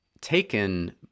taken